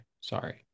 sorry